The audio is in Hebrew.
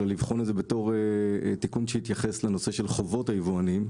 אלא לבחון את זה בתור תיקון שיתייחס לנושא של חובות היבואנים.